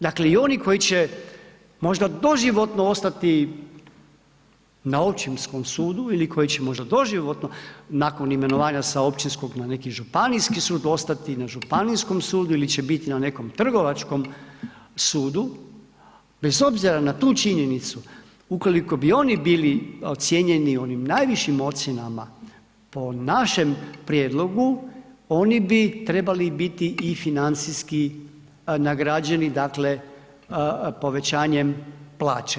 Dakle i oni koji će možda doživotno ostati na općinskom sudu ili koji će možda doživotno nakon imenovanja sa općinskog na neki županijski sud ostati na županijskom sudu ili će biti na nekom trgovačkom sudu, bez obzira na tu činjenicu, ukoliko bi oni bili ocijenjeni onim najvišim ocjenama po našem prijedlogu, oni bi trebali biti i financijski nagrađeni, dakle povećanjem plaće.